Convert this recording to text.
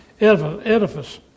Edifice